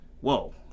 whoa